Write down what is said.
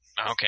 Okay